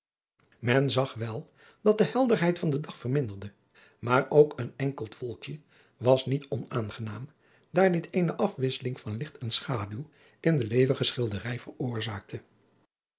men zag wel dat de helderheid van den dag verminderde maar ook een enkeld wolkje was niet onaangenaam daar dit eene afwisseling van licht en schaduw in de levendige schilderij veroorzaakte